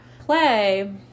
Play